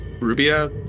Rubia